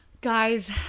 Guys